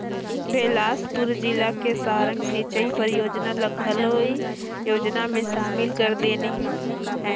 बेलासपुर जिला के सारंग सिंचई परियोजना ल घलो ए योजना मे सामिल कर देहिनह है